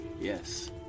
yes